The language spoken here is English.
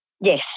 Yes